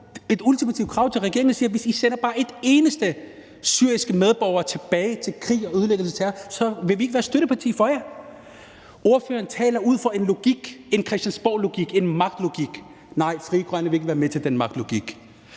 et ultimativt krav til regeringen og siger: Hvis I sender bare en eneste syrisk medborger tilbage til krig, ødelæggelse og terror, vil vi ikke være støtteparti for jer. Ordføreren taler ud fra en logik; en christiansborglogik, en magtlogik. Nej, Frie Grønne vil ikke være med til den magtlogik.